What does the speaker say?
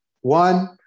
One